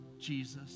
Jesus